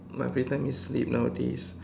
my free time is sleep nowadays